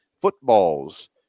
footballs